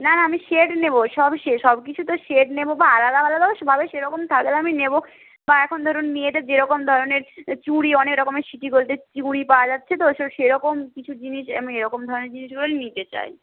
না না আমি সেট নেব সব সব কিছু তো সেট নেব বা আলাদা আলাদাও ভাবে সেরকম থাকলে আমি নেব বা এখন ধরুন মেয়েদের যেরকম ধরনের চুড়ি অনেক রকমের সিটি গোল্ডের চুড়ি পাওয়া যাচ্ছে তো সেরকম কিছু জিনিস আমি এরকম ধরনের জিনিসগুলোই নিতে চাই